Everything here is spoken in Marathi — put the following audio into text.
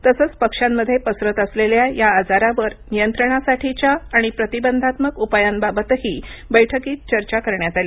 तसंच पक्ष्यांमध्ये पसरत असलेल्या या आजारावर नियंत्रणासाठीचे आणि प्रतिबंधात्मक उपायांबाबतही बैठकीत चर्चा करण्यात आली